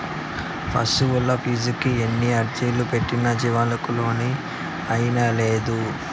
పశువులాఫీసుకి ఎన్ని అర్జీలు పెట్టినా జీవాలకి లోను ఇయ్యనేలేదు